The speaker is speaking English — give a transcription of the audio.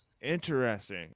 interesting